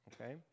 okay